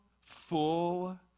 full